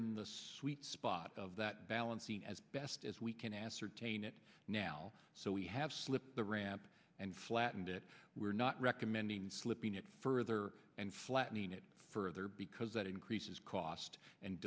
in the sweet spot of that balancing as best as we can ascertain it now so we have slipped the ramp and flattened it we're not recommending slipping it further and flattening it further because that increases cost and